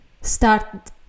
start